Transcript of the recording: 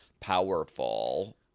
powerful